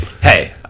Hey